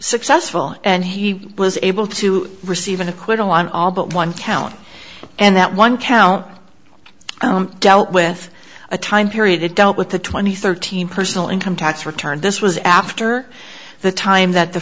successful and he was able to receive an acquittal on all but one count and that one cow dealt with a time period that dealt with the twenty thirteen personal income tax return this was after the time th